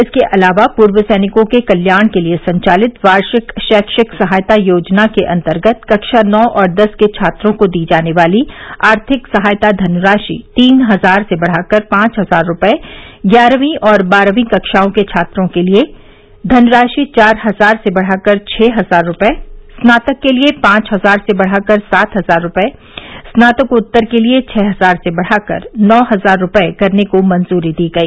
इसके अलावा पूर्व सैनिकों के कल्याण के लिये संचालित वार्षिक शैक्षिक सहायता योजना के अन्तर्गत कक्षा नौ और दस के छात्रों को दी जाने वाली आर्थिक सहायता धनराशि तीन हजार से बढ़ाकर पांच हजार रूपये ग्यारहवीं और बारहवीं कक्षाओं के छात्रों के लिये धनराशि चार हजार से बढ़ाकर छह हजार रूपये स्नातक के लिये पांच हजार से बढ़ाकर सात हजार रूपये स्नातकोत्तर के लिये छह हजार से बढ़ाकर नौ हजार रूपये करने को मंजूरी दी गई